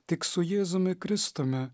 tik su jėzumi kristumi